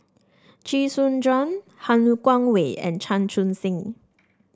Chee Soon Juan Han Guangwei and Chan Chun Sing